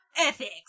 ethics